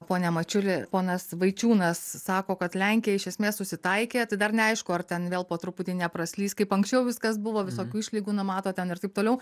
pone mačiuli ponas vaičiūnas sako kad lenkija iš esmės susitaikė tai dar neaišku ar ten vėl po truputį nepraslys kaip anksčiau viskas buvo visokių išlygų numato ten ir taip toliau